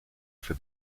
for